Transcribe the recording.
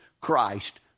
Christ